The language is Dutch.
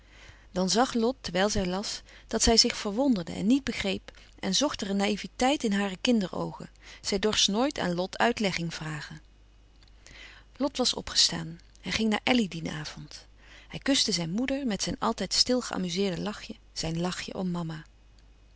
dan zag lot terwijl zij las dat zij zich verwonderde en niet begreep en zocht er een naïveteit in hare kinderoogen zij dorst nooit aan lot uitlegging vragen lot was opgestaan hij ging naar elly dien avond hij kuste zijn moeder met zijn altijd stil geamuzeerde lachje zijn lachje om mama